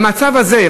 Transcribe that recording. במצב הזה,